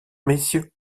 messieurs